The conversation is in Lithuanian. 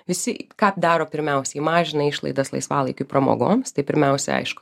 visi ką daro pirmiausiai mažina išlaidas laisvalaikiui pramogoms tai pirmiausia aišku